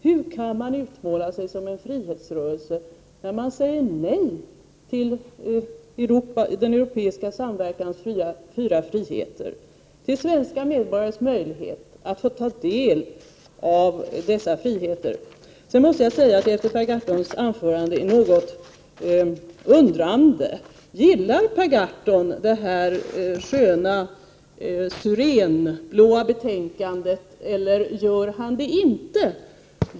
Hur kan man utmåla sig som en frihetsrörelse, när man säger nej till den europeiska samverkans fyra friheter och till svenska medborgares möjlighet att kunna ta del av dessa friheter? Jag måste säga att jag efter Per Gahrtons anförande står något undrande. Gillar Per Gahrton det här betänkandet med skönt syrenblått omslag, eller gör han det inte?